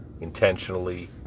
intentionally